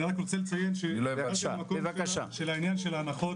אני רק רוצה לציין שבאיזה שהוא מקום העניין של ההנחות